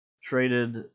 traded